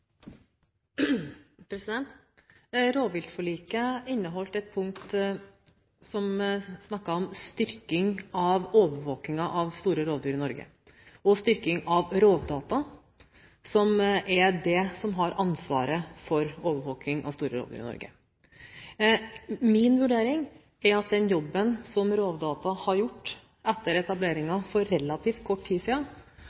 Rovviltforliket inneholdt et punkt om styrking av overvåkingen av store rovdyr i Norge og styrking av Rovdata, som har ansvaret for overvåking av store rovdyr i Norge. Min vurdering er at Rovdata, etter etableringen for relativt kort tid siden, nyter stor tillit, og at den jobben som der er gjort,